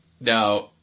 Now